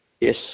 yes